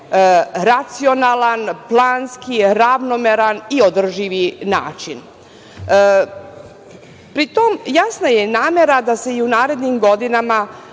racionalan, planski, ravnomeran i održivi način. Pri tome, jasna je namera da se i u narednim godinama